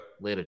Later